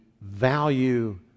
value